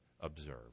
observe